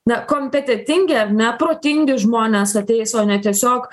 na kompetentingi ar ne protingi žmonės ateis o ne tiesiog